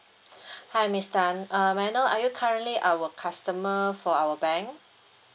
hi miss tan um may I know are you currently our customer for our bank